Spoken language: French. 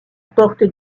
porte